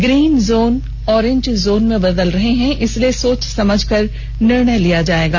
green zone orange zone में बदल रहा है इसीलिए सोच समझ कर निर्णय लिया जाएगा